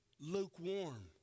lukewarm